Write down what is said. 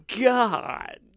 God